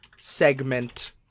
segment